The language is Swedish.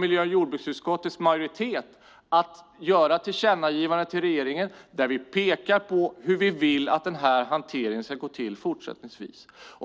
Miljö och jordbruksutskottets majoritet väljer nu att göra ett tillkännagivande till regeringen och peka på hur vi vill att hanteringen ska gå till fortsättningsvis.